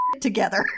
together